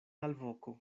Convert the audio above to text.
alvoko